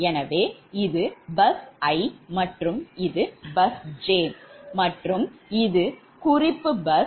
எனவே இது bus i மற்றும் இது bus j மற்றும் இது குறிப்பு பஸ்